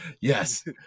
Yes